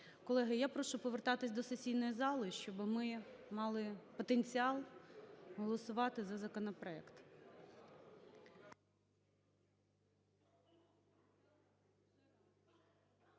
Колеги, я прошу повертатись до сесійної зали, щоби ми мали потенціал голосувати за законопроект.